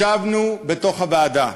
ישבנו בוועדה,